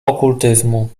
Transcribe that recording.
okultyzmu